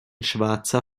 schwarzer